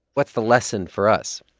what's the lesson for us?